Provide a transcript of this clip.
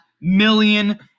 million